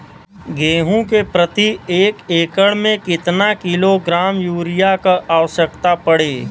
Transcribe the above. गेहूँ के प्रति एक एकड़ में कितना किलोग्राम युरिया क आवश्यकता पड़ी?